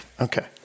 Okay